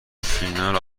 فینال